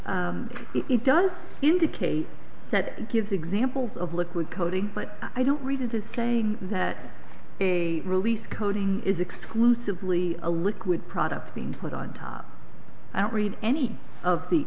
does indicate that it gives examples of liquid coating but i don't read it is saying that a release coating is exclusively a liquid product being put on top i don't read any of the